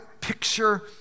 picture